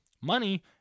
Money